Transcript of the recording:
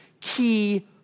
key